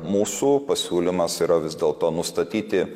mūsų pasiūlymas yra vis dėlto nustatyti